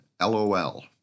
LOL